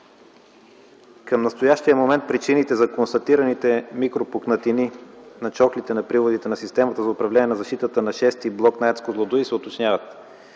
Към настоящия момент причините за констатираните микропукнатини на чохлите на приводите на системата за управление на защитата на VІ блок на АЕЦ „Козлодуй” се уточняват.